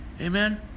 Amen